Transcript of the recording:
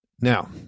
Now